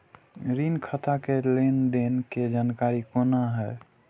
ऋण खाता के लेन देन के जानकारी कोना हैं?